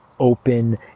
open